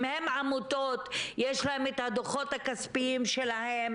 אם הם עמותות, יש להם את הדוחות הכספיים שלהם.